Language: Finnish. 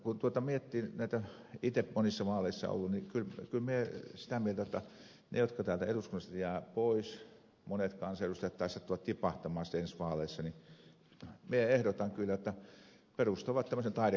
kun miettii näitä kun itse olen monissa vaaleissa ollut niin kyllä minä olen sitä mieltä että ehdotan että ne monet kansanedustajat jotka täältä eduskunnasta jäävät pois tai sattuvat tipahtamaan sitten ensi vaaleissa perustavat tämmöisen taidekaupan